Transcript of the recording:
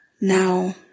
Now